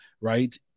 right